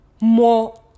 more